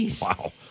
Wow